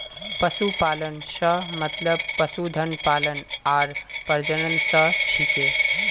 पशुपालन स मतलब पशुधन पालन आर प्रजनन स छिके